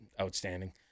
outstanding